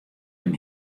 him